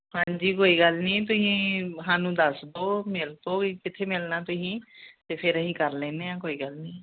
ਹਾਂਜੀ ਕੋਈ ਗੱਲ ਨਹੀਂ ਤੁਸੀਂ ਸਾਨੂੰ ਦੱਸ ਦਓ ਮਿਲ ਪਓ ਵੀ ਕਿੱਥੇ ਮਿਲਣਾ ਤੁਸੀਂ ਅਤੇ ਫਿਰ ਅਸੀਂ ਕਰ ਲੈਂਦੇ ਹਾਂ ਕੋਈ ਗੱਲ ਨਹੀਂ